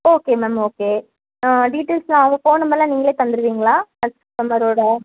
okay okay ஆ details ம் அவங்க ஃபோன் நம்பருலாம் நீங்களே தந்துடுவீங்களா கஸ்டமரோட